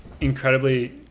incredibly